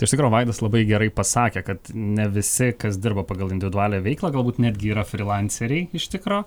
tai iš tikro vaidas labai gerai pasakė kad ne visi kas dirba pagal individualią veiklą galbūt netgi yra frylanceriai iš tikro